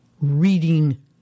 reading